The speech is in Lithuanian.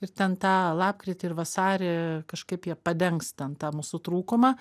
ir ten tą lapkritį ir vasarį kažkaip jie padengs ten tą mūsų trūkumą